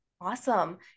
awesome